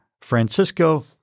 Francisco